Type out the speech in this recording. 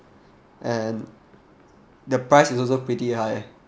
and the price is also pretty high